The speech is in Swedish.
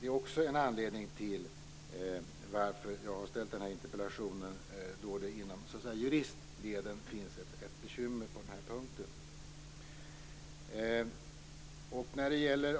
Det är också en anledning till att jag har framställt den här interpellationen, eftersom det inom juristleden finns bekymmer på denna punkt.